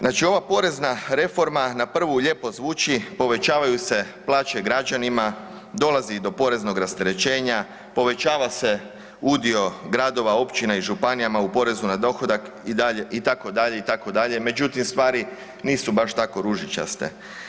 Znači ova porezna reforma na prvu lijepo zvuči, povećavaju se plaće građanima, dolazi i do poreznog rasterećenja, povećava se udio gradova, općina i županijama u poreznu na dohodak, itd., itd., međutim, stvari nisu baš tako ružičaste.